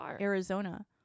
Arizona